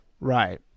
Right